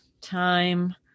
time